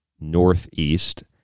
northeast